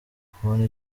kubona